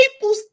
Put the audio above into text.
people